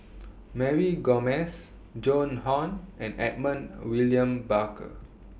Mary Gomes Joan Hon and Edmund William Barker